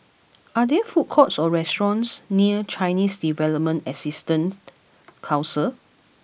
are there food courts or restaurants near Chinese Development Assistance Council